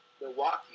Milwaukee